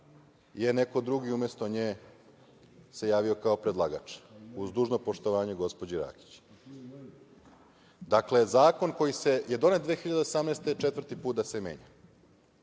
se neko drugi umesto nje javio kao predlagač, uz dužno poštovanje, gospođo Rakić. Dakle, zakon koji je donet 2018. godine četvrti put se menja.